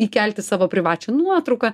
įkelti savo privačią nuotrauką